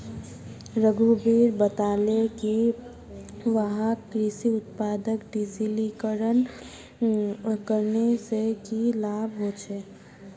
रघुवीर बताले कि वहाक कृषि उत्पादक डिजिटलीकरण करने से की लाभ ह छे